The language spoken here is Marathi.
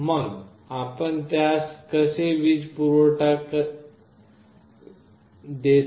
मग आपण त्यास कसे वीज पुरवठा कसे देता